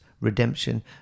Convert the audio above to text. redemption